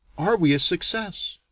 are we a success?